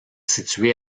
situé